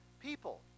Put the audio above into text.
people